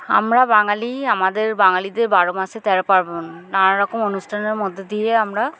আমরা বাঙালি আমাদের বাঙালিদের বারো মাসে তেরো পার্বণ নানারকম অনুষ্ঠানের মধ্যে দিয়ে আমরা